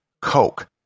coke